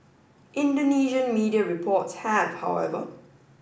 Indonesian media reports have however